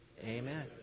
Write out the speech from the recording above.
Amen